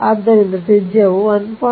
ಆದ್ದರಿಂದ ತ್ರಿಜ್ಯವು 1